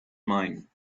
mine